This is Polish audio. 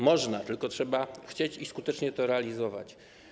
Można, tylko trzeba chcieć i skutecznie to realizować.